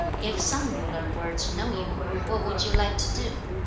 if some ruler were to know you, what would you like to do